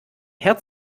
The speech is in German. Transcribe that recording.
herd